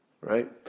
right